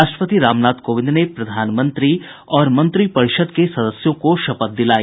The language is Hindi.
राष्ट्रपति रामनाथ कोविंद ने प्रधानमंत्री और मंत्रिपरिषद के सदस्यों को शपथ दिलाई